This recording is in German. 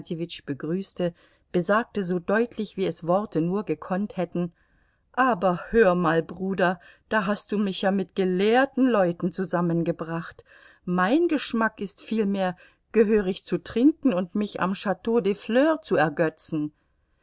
begrüßte besagte so deutlich wie es worte nur gekonnt hätten aber hör mal bruder da hast du mich ja mit gelehrten leuten zusammengebracht mein geschmack ist vielmehr gehörig zu trinken und mich am chteau des fleurs zu ergötzen